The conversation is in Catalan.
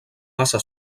passa